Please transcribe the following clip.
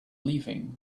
leaving